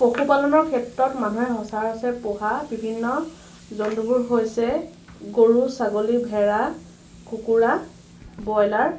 পশুপালনৰ ক্ষেত্ৰত মানুহে সচৰাচৰ পোহা বিভিন্ন জন্তুবোৰ হৈছে গৰু ছাগলী ভেড়া কুকুৰা বয়লাৰ